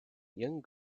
young